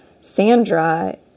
Sandra